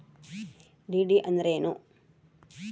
DD ಅಂದ್ರೇನು?